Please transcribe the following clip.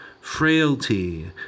frailty